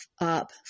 up